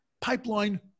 pipeline